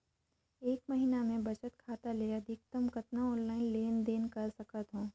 एक महीना मे बचत खाता ले अधिकतम कतना ऑनलाइन लेन देन कर सकत हव?